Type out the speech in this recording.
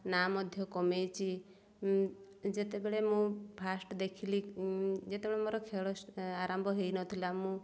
ନାଁ ମଧ୍ୟ କମାଇଛି ଯେତେବେଳେ ମୁଁ ଫାଷ୍ଟ ଦେଖିଲି ଯେତେବେଳେ ମୋର ଖେଳ ଆରମ୍ଭ ହେଇନଥିଲା ମୁଁ